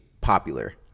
popular